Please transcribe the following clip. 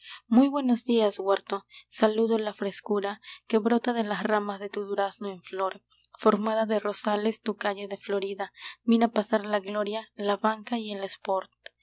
muy buenos días huerto saludo la frescura que brota de las ramas de tu durazno en flor formada de rosales tu calle de florida mira pasar la gloria la banca y el sport